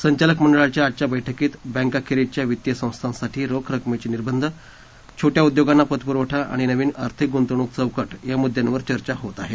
संचालक मंडळाच्या आजच्या बैठकीत बँकांखेरीजच्या वित्तीय संस्थांसाठी रोख रकमेचे निर्बंध छोट्या उद्योगांना पतपुरवठा आणि नवीन आर्थिक गुंतवणूक चौकट या मुद्यांवर चर्चा होत आहे